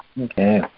Okay